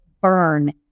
burn